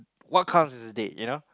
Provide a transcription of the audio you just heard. what counts as a date you know